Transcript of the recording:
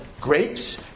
grapes